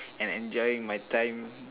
and enjoying my time